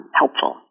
helpful